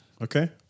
Okay